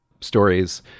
stories